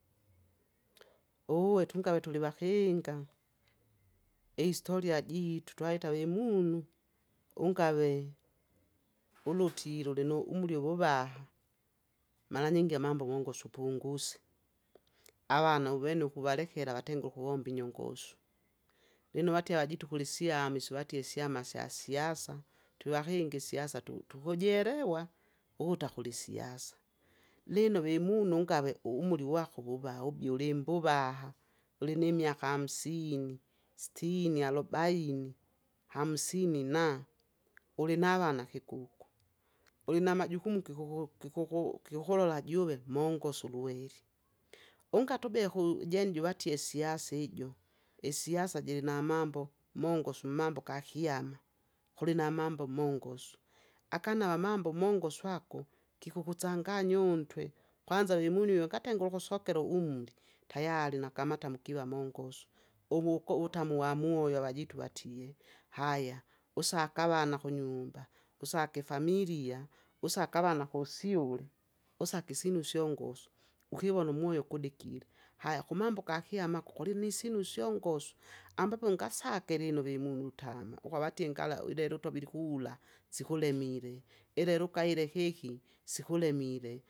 Uwuwe tungawe tulivakinga, istoria jitu twaita vemunu, ungave, ulutilo ulinu- umri uvuvaha, maranyingi amambo mongosu upunguse, avana uvene ukuvalekela vatengule ukuvomba inyongosu, lino vatie avajitu kulisyama isyo vatie syama sya siasa. Twvakinga isiasa tu- tukujerewa! ukuta kulisiasa, lino vimunu ungave uumri wako vuva ubie ulimbuvaha, ulinimwaka hamsini stini arobaini, hamsini na. Ulinavana kikuku, ulinamajukumu kikuku- kikuku- kukulola juve mongosu ulweri. Ungati ube ku- jene juvatie siasa ijo, isiasa jilinamambo, mongosu mmambo gakyama, kulinamambo mongosu. Akanava mambo mongosu ako, kikukusanganya untwe, kwanza vemunyu ungatengule ukusokera umuri, tayari nakamata mukiva mongosu. Uvuko utamu wa muoyo avajitu vatie, haya usaka avana kunyumba, usake ifamilia, usake avana kusyule, usake isyinu syongosu, ukivona umoyo kudikire, haya kumambo gakyama ako kulinisinu syongosu, ambapo ingasake lino lino vimunu utama, ukwavatie ngala uilelo utovile ikura, sikilemile, ilelelo ukaile keki sikulemile.